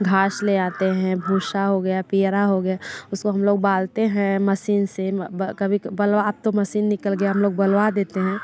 घास ले आते हैं भूसा हो गया पियरा हो गया उसको हम लोग बालते हैं मसीन से कभी बलवा अब तो मसीन निकल गया हम लोग बलवा देते हैं